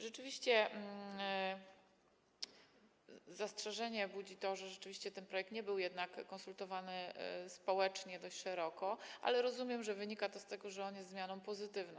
Rzeczywiście, zastrzeżenie budzi to, że ten projekt nie był jednak konsultowany społecznie dość szeroko, ale rozumiem, że wynika to z tego, że on jest zmianą pozytywną.